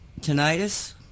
tinnitus